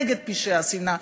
נגד פשעי השנאה,